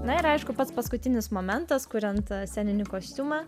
na ir aišku pats paskutinis momentas kuriant sceninį kostiumą